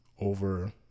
over